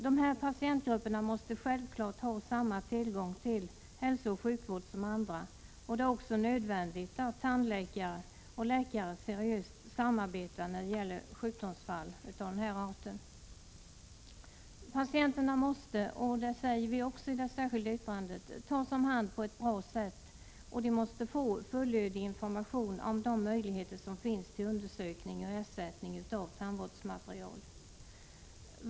Dessa patientgrupper måste självfallet ha samma tillgång till hälsooch sjukvård som andra. Det är också nödvändigt att tandläkare och läkare seriöst samarbetar när det gäller sjukdomsfall av denna art. Patienterna måste — och det sägs också i det särskilda yttrandet — tas om hand på ett bra sätt, och de måste få fullödig information om de möjligheter som finns till undersökning och ersättning av tandvårdsmaterial.